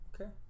Okay